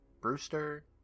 Brewster